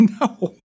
No